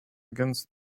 against